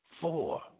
Four